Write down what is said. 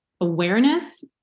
awareness